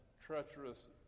treacherous